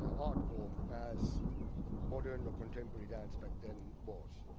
ah art form as modern or contemporary dance back then was.